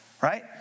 right